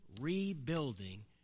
rebuilding